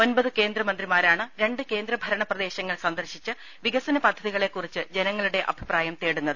ഒൻപത് കേന്ദ്രമന്ത്രിമാ രാണ് രണ്ട് കേന്ദ്രഭണപ്രദേശങ്ങൾ സന്ദർശിച്ച് വികസന പദ്ധതികളെക്കുറിച്ച് ജനങ്ങ ളുടെ അഭിപ്രായം തേടുന്നത്